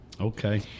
Okay